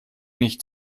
nicht